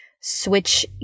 switch